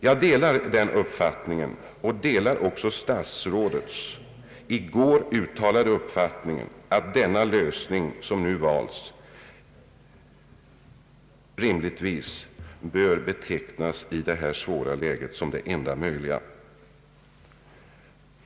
Jag delar den uppfattningen, och jag delar också statsrådets i går uttalade uppfattning att den lösning som nu har valts rimligtvis i detta svåra läge bör betecknas som den enda möjliga.